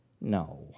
No